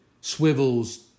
swivels